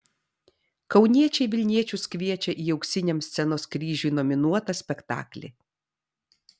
kauniečiai vilniečius kviečia į auksiniam scenos kryžiui nominuotą spektaklį